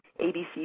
ABC